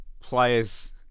players